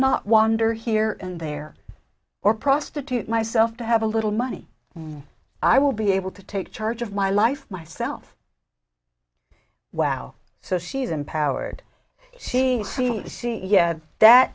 not wander here and there or prostitute myself to have a little money i will be able to take charge of my life myself wow so she's empowered she seems see that